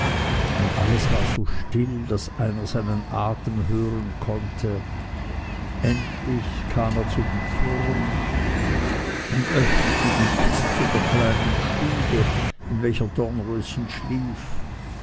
und alles war so still daß einer seinen atem hören konnte und endlich kam er zu dem turm und öffnete die türe zu der kleinen stube in welcher dornröschen schlief